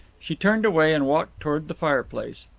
she turned away and walked towards the fireplace.